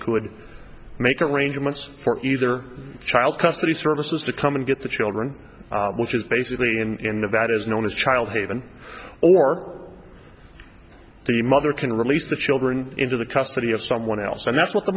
could make arrangements for either child custody services to come and get the children which is basically in that is known as child haven or the mother can release the children into the custody of someone else and that's what the